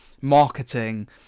marketing